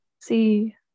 See